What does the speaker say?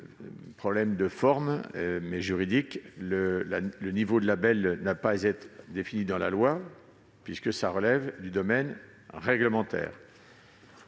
problème juridique : le niveau de label n'a pas à être défini dans la loi, puisqu'il relève du domaine réglementaire.